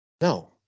No